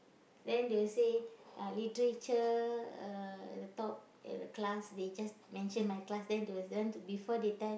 then they say uh literature uh the top at the class they just mention my class then to then before they tell